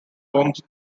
homes